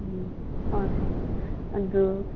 ꯎꯝ ꯍꯣꯏ ꯍꯣꯏ ꯑꯗꯨ